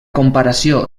comparació